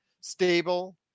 stable